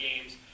games